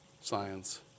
science